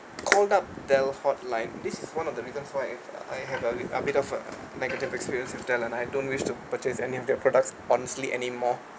called up Dell hotline this is one of the biggest file if I have a bit of a negative experience with Dell and I don't wish to purchase any of their products honestly anymore